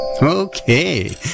Okay